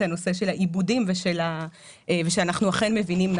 הנושא של העיבודים ושאנחנו אכן מבינים נכון.